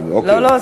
לא לא,